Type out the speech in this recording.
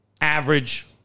average